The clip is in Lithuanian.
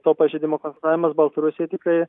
to pažeidimo konstatavimas baltarusijai tikrai